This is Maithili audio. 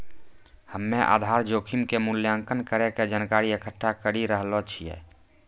हम्मेआधार जोखिम के मूल्यांकन करै के जानकारी इकट्ठा करी रहलो छिऐ